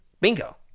Bingo